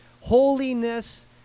Holiness